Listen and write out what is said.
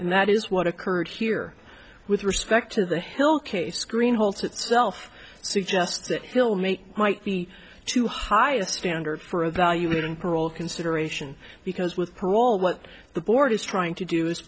and that is what occurred here with respect to the hill case screen holds itself suggests that he'll make might be too high a standard for evaluating parole consideration because with parole what the board is trying to do is